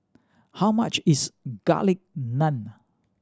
how much is Garlic Naan